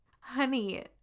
honey